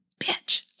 bitch